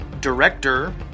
director